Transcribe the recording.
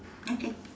okay